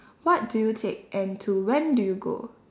what do you take and to when do you go